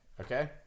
Okay